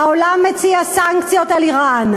העולם מציע סנקציות על איראן.